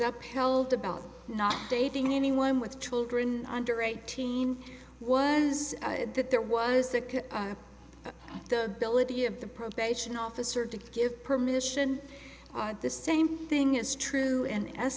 up held about not dating anyone with children under eighteen was that there was that the ability of the probation officer to give permission the same thing is true and as